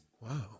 wow